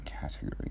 category